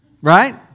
Right